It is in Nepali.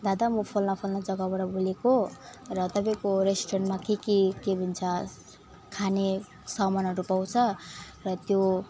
दादा म फल्ना फल्ना जग्गाबाट बोलेको र तपाईँको रेस्टुरेन्टमा के के के भन्छन् खाने सामानहरू पाउँछ र त्यो